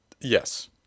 Yes